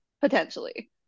potentially